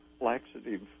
laxative